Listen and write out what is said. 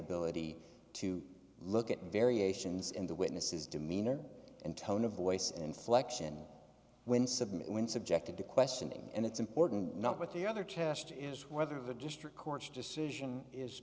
ability to look at variations in the witnesses demeanor and tone of voice inflection when submit when subjected to questioning and it's important not what the other test is whether the district court's decision is